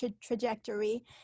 trajectory